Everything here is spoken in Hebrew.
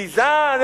גזען,